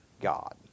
God